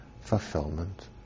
fulfillment